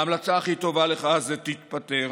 ההמלצה הכי טובה לך היא: תתפטר.